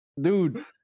dude